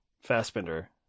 Fassbender